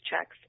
checks